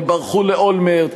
הם ברחו לאולמרט,